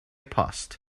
post